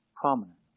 prominent